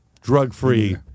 drug-free